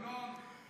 ינון,